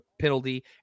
penalty